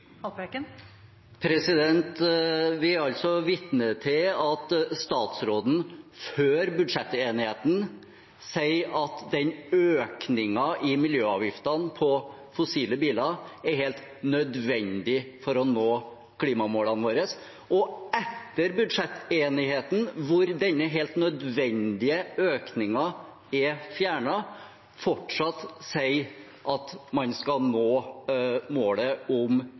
Vi er altså vitne til at statsråden før budsjettenigheten sier at økningen i miljøavgiftene på fossilbiler er helt nødvendig for å nå klimamålene våre, og etter budsjettenigheten, hvor denne helt nødvendige økningen er fjernet, fortsatt sier at man skal nå målet om